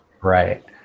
Right